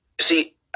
see